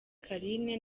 carine